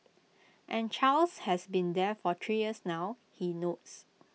and Charles has been there for three years now he notes